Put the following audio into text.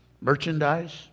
merchandise